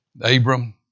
Abram